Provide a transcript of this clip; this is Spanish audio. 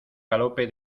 galope